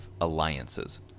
alliances